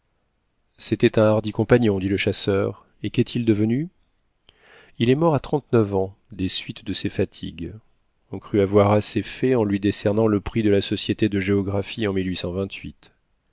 c'était un hardi compagnon dit le chasseur et qu'est-il devenu il est mort à trente-neuf ans des suites de ses fatigues on crut avoir assez fait en lui décernant le prix de la société de géographie en